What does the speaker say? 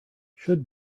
should